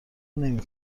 نمی